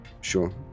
Sure